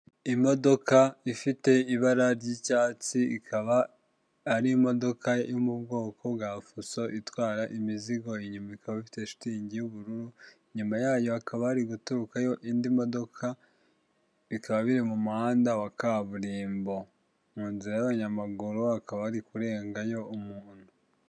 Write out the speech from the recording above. Imodoka ifite ibara ry'icyatsi ikaba ari imodoka yo mu bwoko bwa fuso itwara imizigo ,inyuma ikaba ifite shitingi y'ubururu ,inyuma yayo hakaba hari guturukayo indi modoka bikaba biri mu muhanda wa kaburimbo, mu nzira y'abanyamaguru hakaba hari kurengayo umuntu.